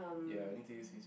ya you need to use this